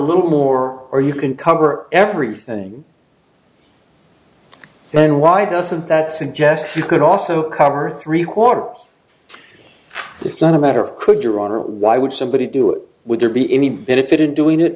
little more or you can cover everything then why doesn't that suggest you could also cover three quarters it's not a matter of could your honor why would somebody do it would there be any benefit in doing it